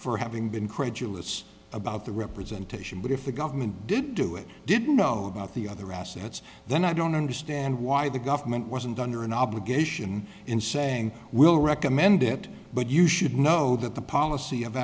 for having been courageous about the representation but if the government didn't do it didn't know about the other assets then i don't understand why the government wasn't under an obligation in saying we'll recommend it but you should know that the policy of